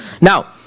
Now